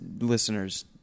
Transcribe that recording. listeners